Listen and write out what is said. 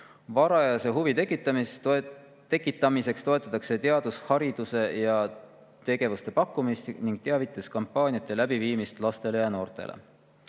Varajase huvi tekitamiseks toetatakse teadushariduse ja -tegevuste pakkumist ning teavituskampaaniate läbiviimist lastele ja noortele.